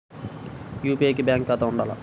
UPI కి bank ఖాతా ఉండాల?